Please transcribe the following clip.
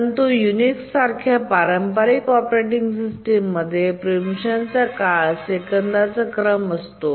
परंतु युनिक्स सारख्या पारंपारिक ऑपरेटिंग सिस्टममध्ये प्रिम्पशनचा काळ सेकंदाचा क्रम असतो